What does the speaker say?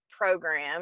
program